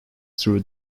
through